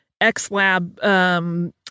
X-Lab